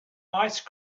ice